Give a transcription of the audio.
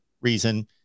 reason